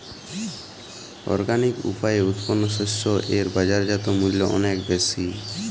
organic উপায়ে উৎপন্ন শস্য এর বাজারজাত মূল্য অনেক বেশি